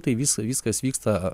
tai visa viskas vyksta